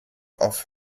auf